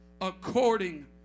according